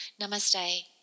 Namaste